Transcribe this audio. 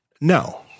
no